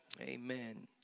Amen